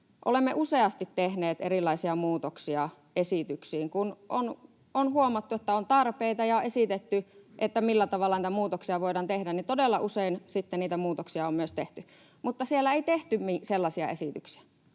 Olemme useasti tehneet erilaisia muutoksia esityksiin. Kun on huomattu, että on tarpeita, ja esitetty, millä tavalla niitä muutoksia voidaan tehdä, niin todella usein sitten niitä muutoksia on myös tehty. Mutta siellä ei tehty sellaisia esityksiä.